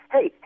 Hey